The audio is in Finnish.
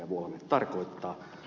vuolanne tarkoittaa